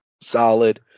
solid